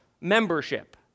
membership